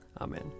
Amen